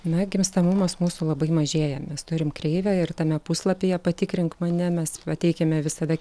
na gimstamumas mūsų labai mažėja mes turim kreivę ir tame puslapyje patikrink mane mes pateikiame visada